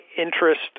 interest